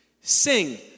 sing